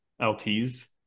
LTs